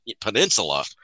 peninsula